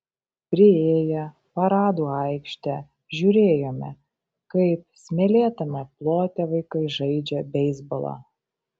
priėję paradų aikštę žiūrėjome kaip smėlėtame plote vaikai žaidžia beisbolą